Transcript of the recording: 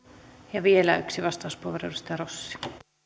vielä yksi vastauspuheenvuoro edustaja rossi arvoisa